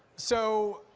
so